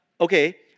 okay